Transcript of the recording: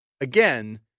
again